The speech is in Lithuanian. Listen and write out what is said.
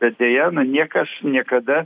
bet deja na niekas niekada